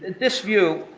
this view,